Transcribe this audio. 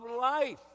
life